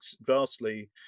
vastly